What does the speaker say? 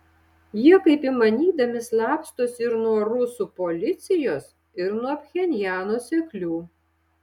jie kaip įmanydami slapstosi ir nuo rusų policijos ir nuo pchenjano seklių